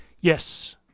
yes